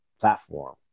platform